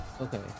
Okay